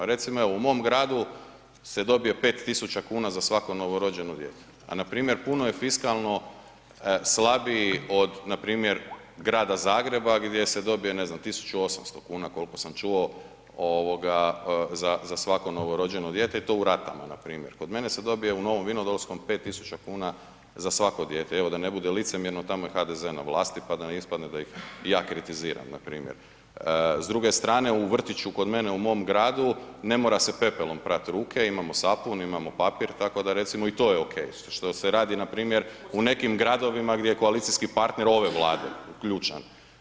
Recimo, evo u mom gradu se dobije 5.000,00 kn za svako novorođeno dijete, a npr. puno je fiskalno slabiji od npr. Grada Zagreba gdje se dobije, ne znam, 1.800,00 kn kolko sam čuo ovoga za, za svako novorođeno dijete i to u ratama npr. Kod mene se dobije u Novom Vinodolskom 5.000,00 kn za svako dijete, evo da ne bude licemjerno tamo je HDZ na vlasti, pa da ne ispadne da ih ja kritiziram npr. S druge strane u vrtiću kod mene u mom gradu ne mora se pepelom prat ruke, imamo sapun, imamo papir, tako da recimo i to je okej, što se radi npr. u nekim gradovima gdje je koalicijski partner ove Vlade ključan.